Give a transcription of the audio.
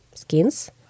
Skins